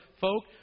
folk